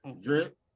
Drip